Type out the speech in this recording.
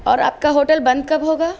اور آپ کا ہوٹل بند کب ہوگا